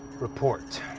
report.